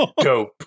Dope